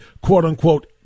quote-unquote